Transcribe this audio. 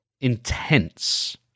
intense